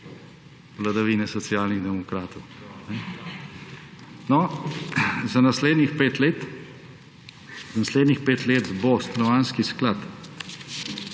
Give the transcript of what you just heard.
vladavine Socialnih demokratov. Za naslednjih pet let bo Stanovanjski sklad